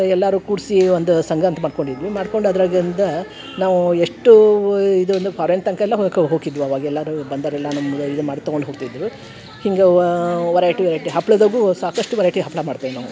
ಎಲ್ಲರೂ ಕೂಡಿಸಿ ಒಂದು ಸಂಘ ಅಂತ ಮಾಡಿಕೊಂಡಿದ್ವಿ ಮಾಡ್ಕೊಂಡು ಅದರಾಗಿಂದ ನಾವು ಎಷ್ಟು ಇದು ಅಂದ್ರೆ ಫಾರಿನ್ ತನಕೆಲ್ಲ ಹೋಗ್ ಹೋಗಿದ್ವಿ ಅವಾಗೆಲ್ಲರೂ ಬಂದವರೆಲ್ಲ ನಮ್ಗೆ ಇದು ಮಾಡಿ ತಗೊಂಡು ಹೋಗ್ತಿದ್ದರು ಹಿಂಗೆ ವರೈಟಿ ವರೈಟಿ ಹಪ್ಪಳದಾಗೂ ಸಾಕಷ್ಟು ವೆರೈಟಿ ಹಪ್ಪಳ ಮಾಡ್ತೇವೆ ನಾವು